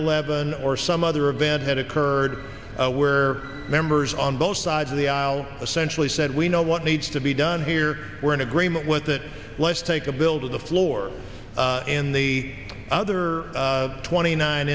eleven or some other event had occurred where members on both sides of the aisle essentially said we know what needs to be done here we're in agreement with it let's take a bill to the floor in the other twenty nine